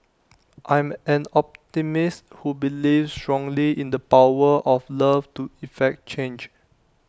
I'm an optimist who believes strongly in the power of love to effect change